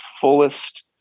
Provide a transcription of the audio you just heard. fullest